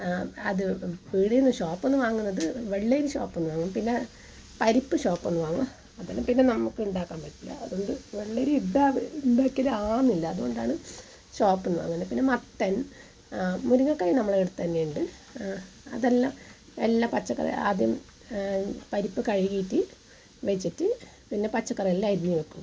അത് പീടികയിൽ നിന്ന് ഷോപ്പിൽ നിന്ന് വാങ്ങുന്നത് വെള്ളയും ഷോപ്പിൽ നിന്നു വാങ്ങും പിന്നെ പരിപ്പ് ഷോപ്പിൽ നിന്ന് വാങ്ങും അതൊന്നും നമുക്ക് ഉണ്ടാക്കാൻ പറ്റില്ല അതു കൊണ്ട് വെള്ളരി ഇട്ടാൽ അവരുണ്ടാക്കി ആകുന്നില്ല അതു കൊണ്ടാണ് ഷോപ്പിൽ നിന്ന് വാങ്ങുന്നത് പിന്നെ മത്തൻ മുരിങ്ങക്കായും നമ്മുടെ ഇവിടെ തന്നെ ഉണ്ട് അതെല്ലാം എല്ലാ പച്ചക്കറിയും ആദ്യം പരിപ്പ് കഴുകിയിട്ട് വെച്ചിട്ട് പിന്നെ പച്ചക്കറിയെല്ലാം അറിഞ്ഞ് വെക്കും